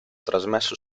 trasmesso